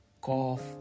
Cough